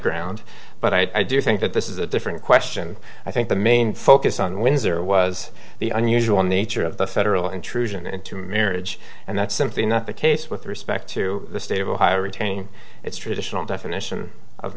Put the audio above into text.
ground but i do think that this is a different question i think the main focus on windsor was the unusual nature of the federal intrusion into marriage and that's simply not the case with respect to the state of ohio retain its traditional definition of